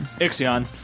Ixion